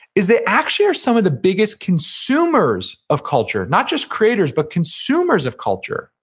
is they actually are some of the biggest consumers of culture. not just creators, but consumers of culture.